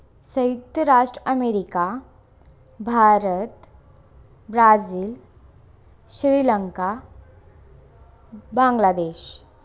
संयुक्त राष्ट्र America Bharat Brazil Sri Lanka Bangladesh